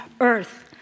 Earth